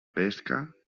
pesca